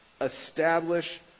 establish